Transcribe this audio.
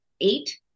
eight